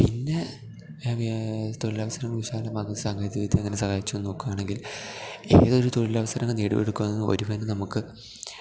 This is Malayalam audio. പിന്നെ തൊഴിലവസരം വിശാലമാകുന്ന സാങ്കേതിക വിദ്യ എങ്ങനെ സഹായിച്ചൂ നോക്കുകയാണെങ്കിൽ ഏതൊരു തൊഴിലവസരങ്ങൾ നേടിയെടുക്കുകയെന്ന് ഒരുവൻ നമുക്ക്